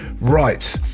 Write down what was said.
right